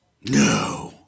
No